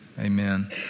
amen